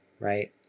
right